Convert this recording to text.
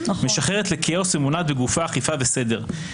משחרת לכאוס ומונעת בגופה אכיפה וסדר,